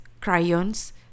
Crayons